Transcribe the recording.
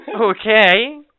Okay